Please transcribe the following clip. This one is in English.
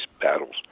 battles